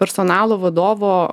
personalo vadovo